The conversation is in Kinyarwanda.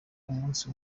umunsi